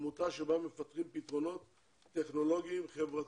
עמותה בה מפתחים פתרונות טכנולוגיים חברתיים.